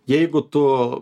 jeigu tu